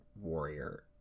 Warrior